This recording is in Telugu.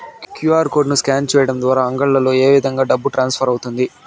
క్యు.ఆర్ కోడ్ ను స్కాన్ సేయడం ద్వారా అంగడ్లలో ఏ విధంగా డబ్బు ట్రాన్స్ఫర్ అవుతుంది